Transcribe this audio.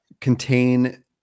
contain